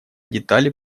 детали